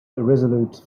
irresolute